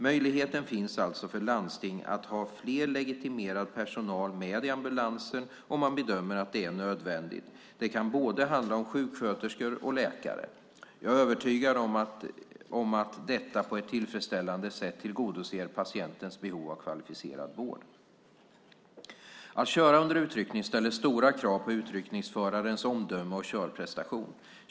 Möjligheten finns alltså för landsting att ha fler ur den legitimerade personalen med i ambulansen om man bedömer att det är nödvändigt. Det kan handla både om sjuksköterskor och läkare. Jag är övertygad om att detta på ett tillfredsställande sätt tillgodoser patientens behov av kvalificerad vård. Att köra under utryckning ställer stora krav på utryckningsförarens omdöme och körprestation.